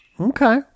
Okay